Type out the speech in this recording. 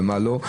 ומה לא,